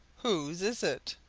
whose is it?